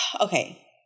Okay